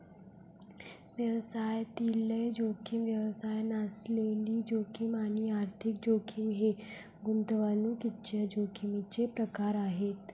व्यवसायातील जोखीम, व्यवसाय नसलेली जोखीम आणि आर्थिक जोखीम हे गुंतवणुकीच्या जोखमीचे प्रकार आहेत